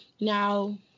Now